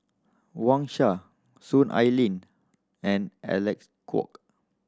Wang Sha Soon Ai Ling and Alec Kuok